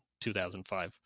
2005